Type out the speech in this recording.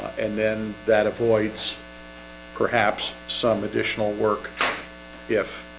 and then that avoids perhaps some additional work if